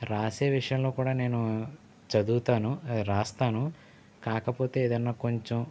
రాసే విషయంలో కూడా నేను చదువుతాను రాస్తాను కాకపోతే ఏదన్నా కొంచెం